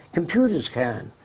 computers can.